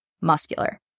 muscular